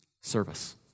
service